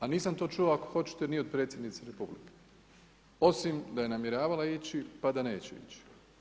A nisam to čuo, ako hoćete ni od predsjednice Republike, osim da je namjeravala ići pa da neće ići.